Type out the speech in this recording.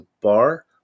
bar